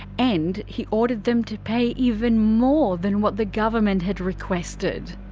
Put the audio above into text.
and he ordered them to pay even more than what the government had requested.